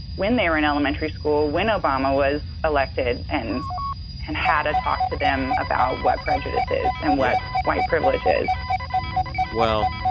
when they were in elementary school, when obama was elected and and had a talk to them about what prejudice is and what white privilege is well,